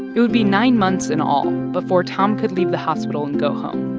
it would be nine months in all before tom could leave the hospital and go home.